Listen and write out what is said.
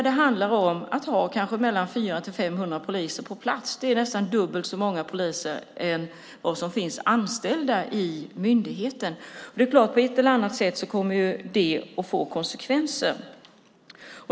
Det handlar om att ha kanske 400-500 poliser på plats. Det är nästan dubbelt så många poliser som finns anställda i myndigheten. På ett eller annat sätt kommer det att få konsekvenser.